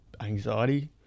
anxiety